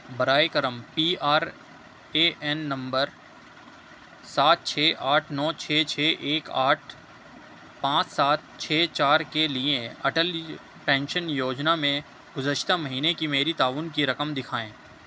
برائے کرم P R A N number سات چھ آٹھ نو چھ چھ ایک آٹھ پانچ سات چھ چار کے لیے اٹل پینشن یوجنا میں گزشتہ مہینے کی میری تعاون کی رقم دکھائیں